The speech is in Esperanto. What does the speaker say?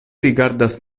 rigardas